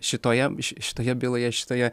šitoje ši šitoje byloje šitoje